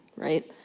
right?